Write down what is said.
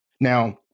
Now